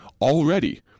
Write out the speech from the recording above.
already